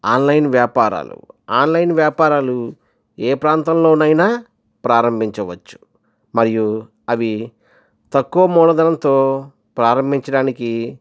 online వ్యాపారాలు online వ్యాపారాలు ఏ ప్రాంతంలోనయినా ప్రారంభించవచ్చు మరియు అవి తక్కవ మూల ధనంతో ప్రారంభించడానికి